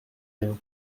rien